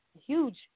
huge